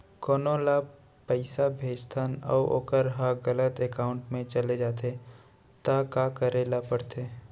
कोनो ला पइसा भेजथन अऊ वोकर ह गलत एकाउंट में चले जथे त का करे ला पड़थे?